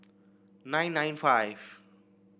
nine nine five